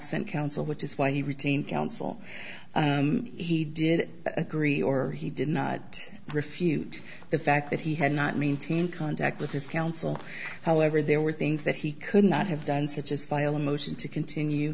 absent counsel which is why he retained counsel he did agree or he did not refute the fact that he had not maintained contact with his counsel however there were things that he could not have done such as violent motion to continue